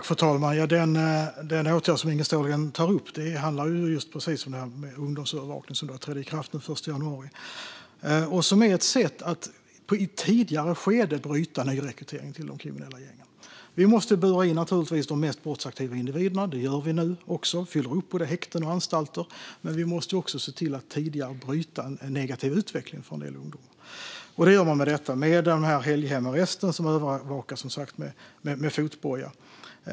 Fru talman! Den åtgärd som Inge Ståhlgren tar upp, ungdomsövervakning, trädde alltså i kraft den 1 januari. Det är ett sätt att i ett tidigare skede bryta nyrekrytering till de kriminella gängen. Vi måste naturligtvis bura in de mest brottsaktiva individerna. Det gör vi också nu. Vi fyller upp både häkten och anstalter. Men vi måste även se till att tidigare bryta en negativ utveckling för en del ungdomar. Det gör man med hjälp av detta, med helghemarresten som alltså övervakas med hjälp av fotboja.